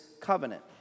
covenant